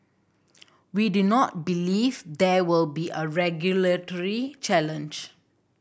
we do not believe there will be a regulatory challenge